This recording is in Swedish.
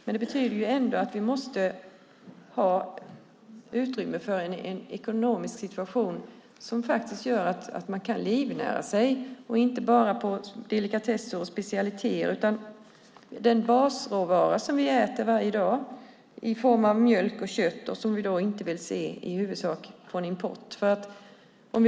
Men vi måste ändå ge utrymme för en ekonomisk situation som gör att man kan livnära sig inte bara på delikatesser och specialiteter utan på den basråvara som vi äter varje dag i form av mjölk och kött och som vi inte vill se i huvudsak från import.